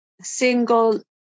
single